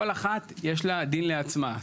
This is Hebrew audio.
כל אחת יש לה דין לעצמה.